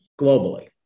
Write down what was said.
globally